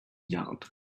yard